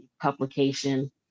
publication